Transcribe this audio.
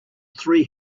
three